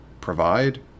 provide